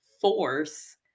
force